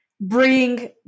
bring